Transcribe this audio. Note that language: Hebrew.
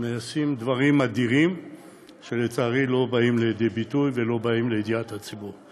נעשים דברים אדירים שלצערי לא באים לידי ביטוי ולא באים לידיעת הציבור.